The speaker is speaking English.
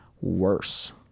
worse